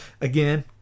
again